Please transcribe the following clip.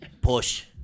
Push